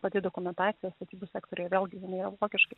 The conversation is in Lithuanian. pati dokumentacija statybų sektoriuje vėlgi jinai yra vokiškai